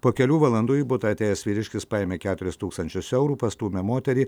po kelių valandų į butą atėjęs vyriškis paėmė keturis tūkstančius eurų pastūmė moterį